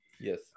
yes